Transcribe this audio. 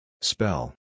Spell